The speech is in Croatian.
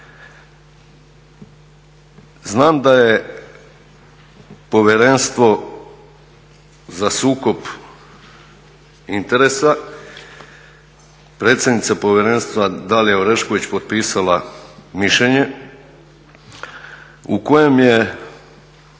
Znam da je Povjerenstvo za sukob interesa, predsjednica povjerenstva Dalija Orešković potpisala mišljenje po kojem je